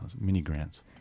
mini-grants